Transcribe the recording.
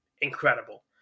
incredible